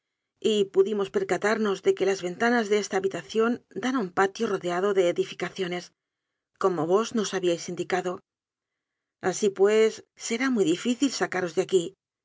y pudimos percatarnos de que las ventanas de esta habitación dan a un patio rodeado de edificaciones como vos nos habíais indicado así pues será muy difícil sacaros de aquí